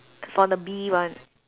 for the B one